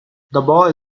boy